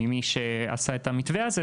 ממי שעשה את המתווה הזה,